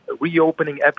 reopening